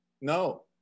No